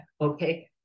Okay